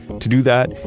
to do that,